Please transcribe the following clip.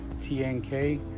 T-N-K